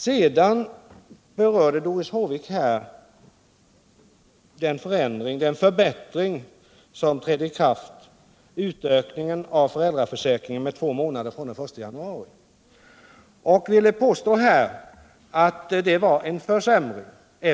Sedan berörde Doris Håvik den förbättring, utökningen av föräldra försäkringen med två månader, som träder i kraft den 1 januari och ville påstå att även den var en försämring.